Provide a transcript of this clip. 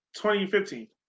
2015